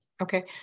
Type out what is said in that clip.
Okay